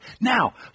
Now